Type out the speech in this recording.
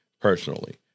personally